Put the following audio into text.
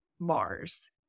Mars